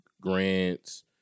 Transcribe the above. grants